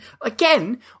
Again